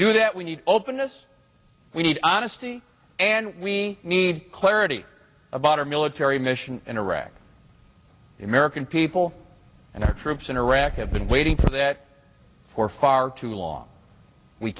do that we need openness we need honesty and we need clarity about our military mission in iraq the american people and our troops in iraq have been waiting for that for far too long we